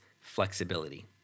flexibility